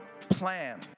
plan